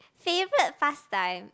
favourite pastime